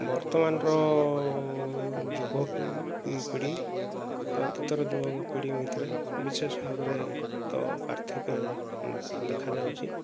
ବର୍ତ୍ତମାନର ଯୁବ ପିଢ଼ି ଆଉ ଅତୀତର ଯୁବକ ପିଢ଼ିଙ୍କ ଭିତରେ ବିଶେଷ ଭାବରେ ତ ପାର୍ଥକ୍ୟ ଦେଖାଯାଉଛି